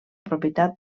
propietat